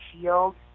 shield